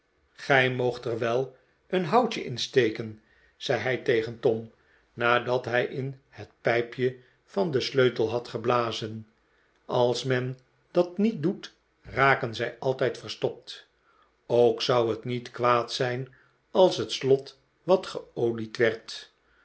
gij moogt er wel een houtje in steken zei hij tegen tom nadat hij in het pijpje van den sleutel had geblazen als men dat niet doet raken zij altijd verstopt ook zou het niet kwaad zijn als het slot wat geolied werd